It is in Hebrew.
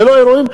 ללא אירועים.